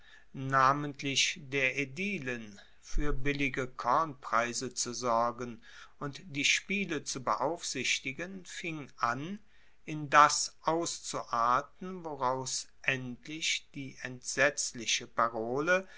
namentlich der aedilen fuer billige kornpreise zu sorgen und die spiele zu beaufsichtigen fing an in das auszuarten woraus endlich die entsetzliche parole